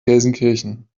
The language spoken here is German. gelsenkirchen